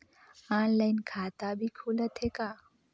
Online खाता भी खुलथे का?